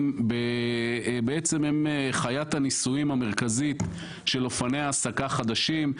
הם חיית הניסויים המרכזית של אופני ההעסקה החדשים.